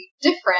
different